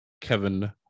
Kevin